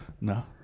no